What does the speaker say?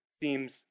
seems